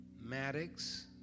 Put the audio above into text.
Maddox